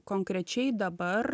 konkrečiai dabar